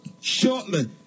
shortly